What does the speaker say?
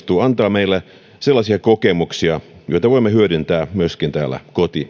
meille sellaisia kokemuksia joita voimme hyödyntää myöskin täällä kotikentällä oir operaatio on jaettu neljään eri vaiheeseen ja